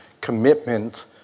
commitment